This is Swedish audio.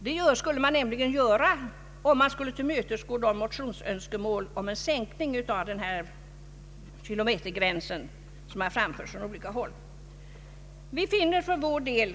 Det skulle man nämligen göra om man skulle tillmötesgå de önskemål om sänkning av kilometergränsen som framförts i motioner från olika håll.